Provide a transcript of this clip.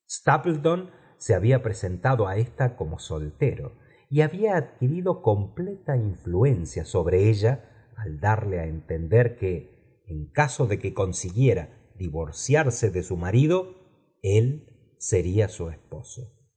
stapleton se bahía pn sentado á ésta como soltero y luthía adquirido completa influencia sobre ella al darle ú entender que en caso de que cousiguau'a divorciarse de su marklo él sería su esposo